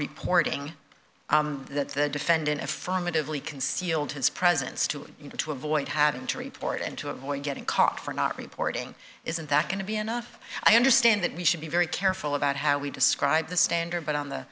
reporting that the defendant affirmatively concealed his presence to you to avoid having to report and to avoid getting caught for not reporting isn't that going to be enough i understand that we should be very careful about how we describe the standard but on the